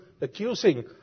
accusing